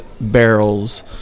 barrels